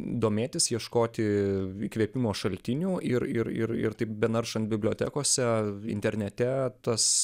domėtis ieškoti įkvėpimo šaltinių ir ir ir ir taip benaršant bibliotekose internete tas